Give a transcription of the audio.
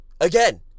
Again